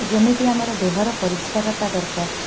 ଯେମିତି ଆମର ଦେହର ପରିଷ୍କାରତା ଦରକାର